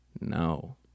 No